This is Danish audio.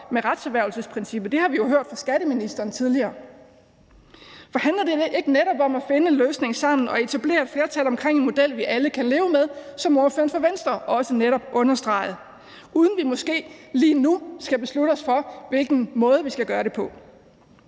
med retserhvervelsesprincippet. Det har vi jo hørt fra skatteministeren tidligere. For handler det ikke netop om at finde en løsning sammen og etablere et flertal omkring en model, vi alle kan leve med, som ordføreren for Venstre også netop understregede, uden vi måske lige nu skal beslutte os for, hvilken måde vi skal gøre det på?